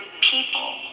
people